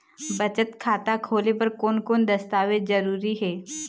बचत खाता खोले बर कोन कोन दस्तावेज जरूरी हे?